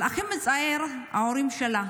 אבל הכי מצער, ההורים שלה,